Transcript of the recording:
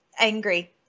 angry